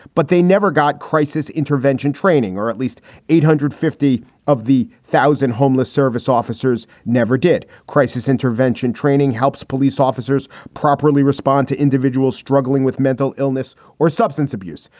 but they never got crisis intervention training or at least eight hundred and fifty of the thousand homeless service officers never did. crisis intervention training helps police officers properly respond to individuals struggling with mental illness or substance abuse.